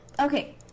Okay